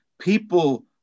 people